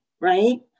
right